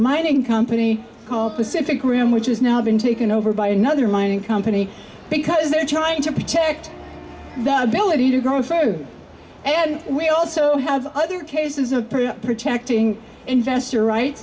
mining company called pacific rim which has now been taken over by another mining company because they're trying to protect that ability to grow food and we also have other cases of protecting investor right